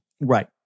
Right